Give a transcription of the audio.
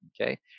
Okay